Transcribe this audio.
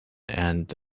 and